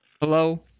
hello